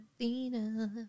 Athena